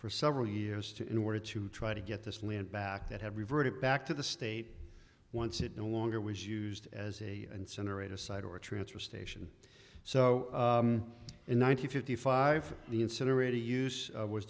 for several years to in order to try to get this land back that have reverted back to the state once it no longer was used as a incinerator side or a transfer station so in one thousand fifty five the incinerator use